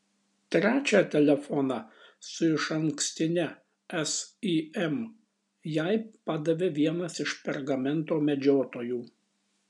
trečią telefoną su išankstine sim jai padavė vienas iš pergamento medžiotojų